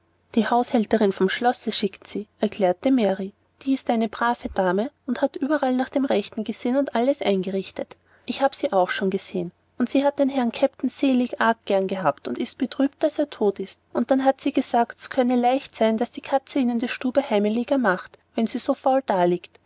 die haushälterin vom schlosse schickt sie erklärte mary die ist eine brave dame und hat überall nach dem rechten gesehen und alles eingerichtet ich hab sie auch schon gesehen und sie hat den herrn kapitän selig arg gern gehabt und ist betrübt daß er tot ist und dann hat sie gesagt s könne leicht sein daß die katze ihnen die stube heimeliger macht wenn sie so faul daliegt